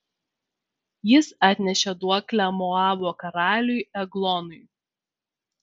jis atnešė duoklę moabo karaliui eglonui